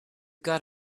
got